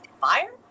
fire